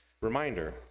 reminder